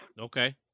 Okay